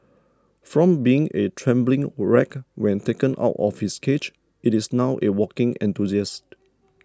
from being a trembling wreck when taken out of its cage it is now a walking enthusiast